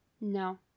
No